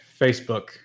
Facebook